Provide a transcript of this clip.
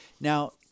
Now